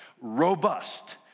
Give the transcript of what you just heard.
robust